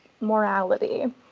morality